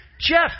Jeff